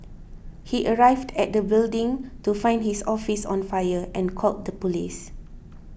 he arrived at the building to find his office on fire and called the police